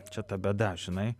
čia ta bėda žinai